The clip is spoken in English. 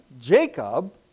Jacob